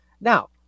Now